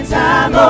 time